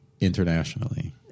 internationally